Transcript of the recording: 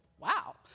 wow